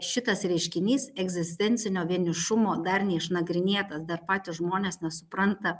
šitas reiškinys egzistencinio vienišumo dar neišnagrinėtas dar patys žmonės nesupranta